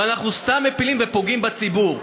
ואנחנו סתם מפילים ופוגעים בציבור.